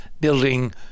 building